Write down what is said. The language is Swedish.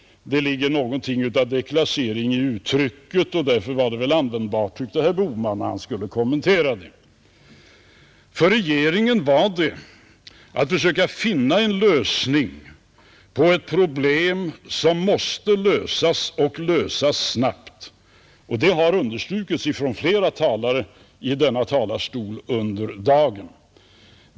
Det ligger någonting av deklassering i det uttrycket och därför tyckte väl herr Bohman att det var användbart när han skulle kommentera frågan. För regeringen gällde det att försöka finna en lösning på ett problem som måste lösas — och lösas snabbt. Det har understrukits av flera talare i denna talarstol under dagen.